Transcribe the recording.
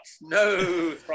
no